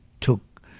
took